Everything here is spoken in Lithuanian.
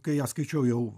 kai ją skaičiau jau